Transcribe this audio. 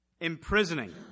imprisoning